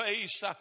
face